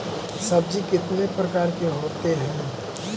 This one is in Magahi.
सब्जी कितने प्रकार के होते है?